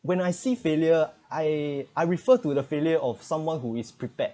when I see failure I I refer to the failure of someone who is prepared